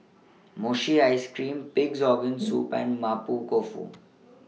Mochi Ice Cream Pig'S Organ Soup and Mapo Tofu